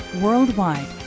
Worldwide